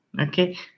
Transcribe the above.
Okay